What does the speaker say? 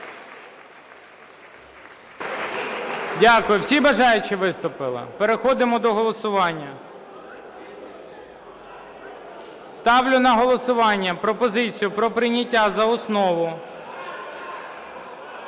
Дякую. Всі бажаючі виступили? Переходимо до голосування. Ставлю на голосування пропозицію про прийняття за основу…